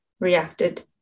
reacted